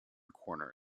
corner